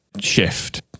shift